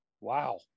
Wow